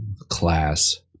class